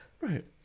Right